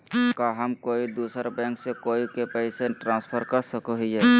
का हम कोई दूसर बैंक से कोई के पैसे ट्रांसफर कर सको हियै?